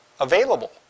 available